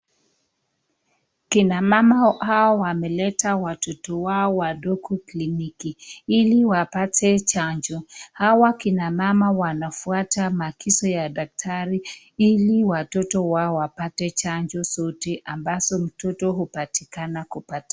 Kina mama hawa wameleta watoto wao wadogo kliniki ili wapate chanjo. Hawa kina mama wanafuata maagizo ya daktari ili watoto wapate chanjo zote ambazo mtoto anatakiwa kupata.